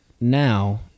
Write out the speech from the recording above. now